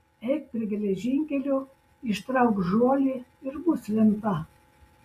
eik prie geležinkelio ištrauk žuolį ir bus lenta